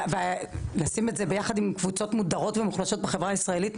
לשים את זה יחד עם קבוצות מודרות ומוחלשות בחברה הישראלית,